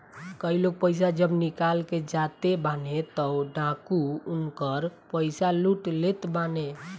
कई लोग पईसा जब निकाल के जाते बाने तअ डाकू उनकर पईसा लूट लेत बाने